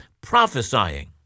prophesying